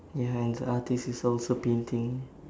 ya and the artist is also painting